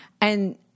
And-